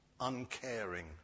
uncaring